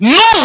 no